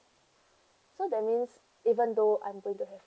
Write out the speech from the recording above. so that means even though I'm going to have